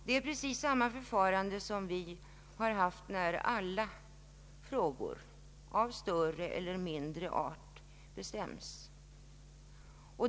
Det är precis samma förfarande som vi har haft när alla frågor av större eller mindre art avgjorts.